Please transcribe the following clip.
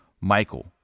Michael